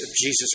Jesus